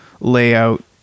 layout